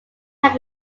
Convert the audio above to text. have